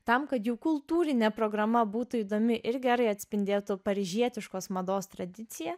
tam kad jų kultūrinė programa būtų įdomi ir gerai atspindėtų paryžietiškos mados tradiciją